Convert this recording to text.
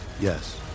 Yes